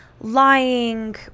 lying